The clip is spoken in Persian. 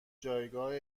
جایگاه